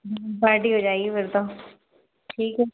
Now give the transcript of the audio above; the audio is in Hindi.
पार्टी हो जाएगी फिर तो ठीक है